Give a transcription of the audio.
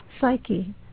psyche